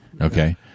Okay